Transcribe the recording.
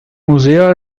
museo